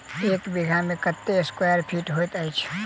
एक बीघा मे कत्ते स्क्वायर फीट होइत अछि?